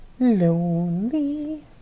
Lonely